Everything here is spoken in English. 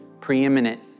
Preeminent